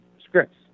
scripts